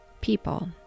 people